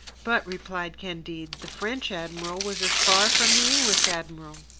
but, replied candide, the french admiral was as far from the english admiral.